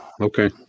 Okay